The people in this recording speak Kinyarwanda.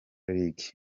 league